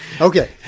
Okay